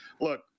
look